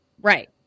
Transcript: Right